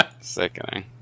Sickening